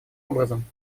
образом